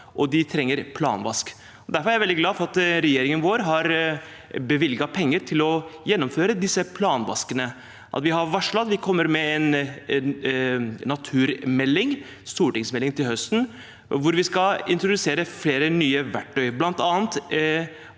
og «planvask». Derfor er jeg veldig glad for at regjeringen vår har bevilget penger til å gjennomføre disse «planvaskene». Vi har varslet at det kommer en naturmelding – stortingsmelding – til høsten, der vi skal introdusere flere nye verktøy, bl.a.